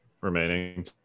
remaining